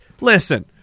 Listen